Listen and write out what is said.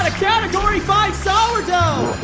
ah category five sourdough.